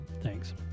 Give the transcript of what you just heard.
Thanks